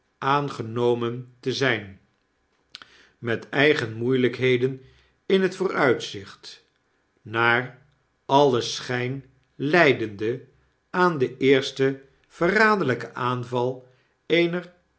aangenomen te zyn met eigen moeielijkheden in het vooruitzicht naar alien schyn lydende aan den eersten verraderlyken aanval eener